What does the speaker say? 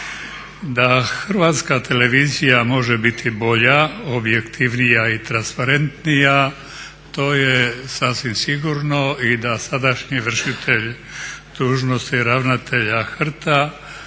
Da HRT može biti bolja, objektivnija i transparentnija to je sasvim sigurno i da sadašnji vršitelj dužnosti ravnatelja HRT-a